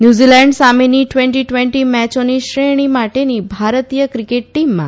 New Zealand સામેની twenty twenty મેચોની શ્રેણી માટેની ભારતીય ક્રિકેટ ટીમમાં